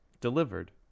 Delivered